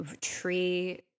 tree